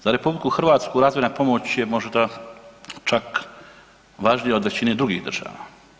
Za RH razvojna pomoć je možda čak važnija od većine drugih država.